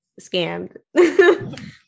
scammed